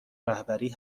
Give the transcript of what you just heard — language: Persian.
رهبری